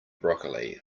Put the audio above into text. broccoli